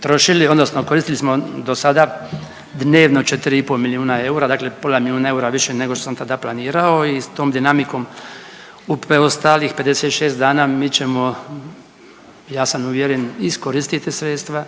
trošili odnosno koristili smo dosada dnevno 4,5 milijuna eura, dakle pola milijuna eura više nego što sam tada planirao i s tom dinamikom u preostalih 56 dana mi ćemo ja sam uvjeren iskoristiti sredstva,